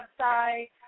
website